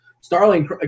Starling